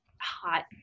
hot